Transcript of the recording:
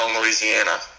Louisiana